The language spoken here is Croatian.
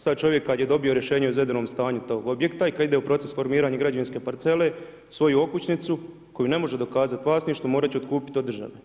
Sada čovjek kada je dobio rješenje o izvedenom stanju tog objekta i kada ide u proces formiranja građevinske parcele svoju okućnicu kojoj ne može dokazati vlasništvo mora će otkupiti od države.